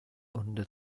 under